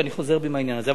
ואני חוזר בי מהעניין הזה.